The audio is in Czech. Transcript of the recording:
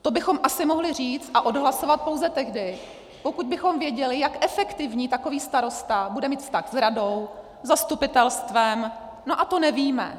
To bychom asi mohli říci a odhlasovat pouze tehdy, pokud bychom věděli, jak efektivní takový starosta bude mít vztah s radou, zastupitelstvem, a to nevíme.